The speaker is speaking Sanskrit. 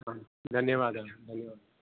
आं धन्यवादः धन्यवादः